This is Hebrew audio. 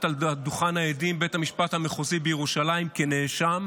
על דוכן העדים בבית המשפט המחוזי בירושלים כנאשם,